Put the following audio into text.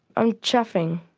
i'm chuffing.